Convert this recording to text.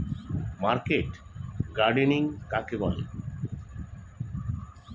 Market gardening কাকে বলে?